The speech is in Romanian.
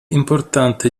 importantă